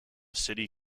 city